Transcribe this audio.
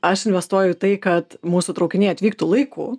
aš investuoju į tai kad mūsų traukiniai atvyktų laiku